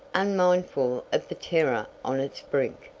unmindful of the terror on its brink.